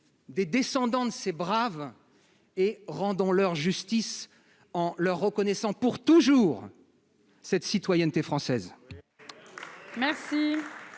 des descendants de ces braves. Rendons-leur justice en leur reconnaissant pour toujours cette citoyenneté française